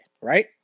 right